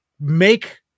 make